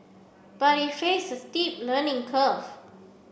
but he faced a steep learning curve